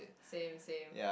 same same